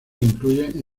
incluyen